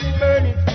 burning